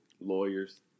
Lawyers